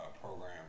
program